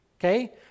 Okay